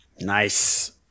nice